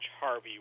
Harvey